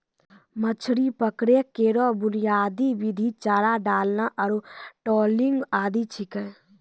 मछरी पकड़ै केरो बुनियादी विधि चारा डालना आरु ट्रॉलिंग आदि छिकै